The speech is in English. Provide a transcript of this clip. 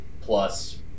plus